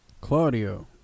Claudio